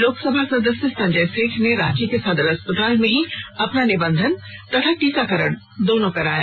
लोकसभा सदस्य संजय सेठ ने रांची के सदर अस्पताल में ही अपना निबंधन तथा टीकाकरण दोनों कराया